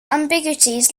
ambiguities